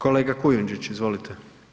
Kolega Kujundžić, izvolite.